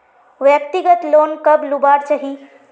व्यक्तिगत लोन कब लुबार चही?